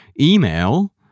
email